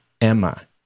Emma